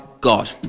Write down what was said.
God